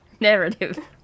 Narrative